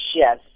Yes